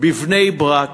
בבני-ברק